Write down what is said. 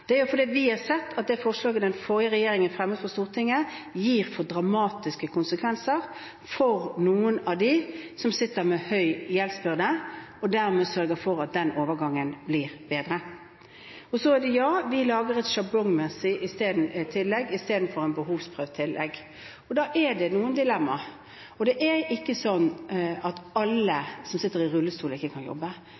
Det er jo fordi at vi har sett at det forslaget som den forrige regjeringen fremmet for Stortinget, gir for dramatiske konsekvenser for noen av dem som sitter med høy gjeldsbyrde, vi sørger for at den overgangen blir bedre. Ja, vi lager et sjablongmessig tillegg i stedet for et behovsprøvd tillegg, og da er det noen dilemmaer. Og det er ikke slik at alle